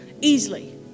Easily